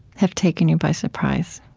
have taken you by surprise,